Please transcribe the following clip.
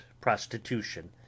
prostitution